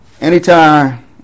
anytime